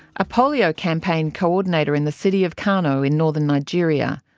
a polio campaign coordinator in the city of kano in northern nigeria.